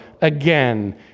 again